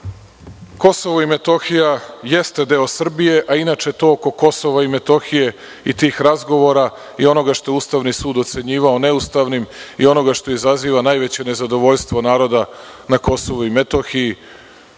kažete? Kosovo i Metohija jeste deo Srbije. Inače to oko Kosova i Metohije i tih razgovora i onoga što je Ustavni sud ocenjivao neustavnim i onoga što izaziva najveće nezadovoljstvo naroda na Kosovu i Metohiji,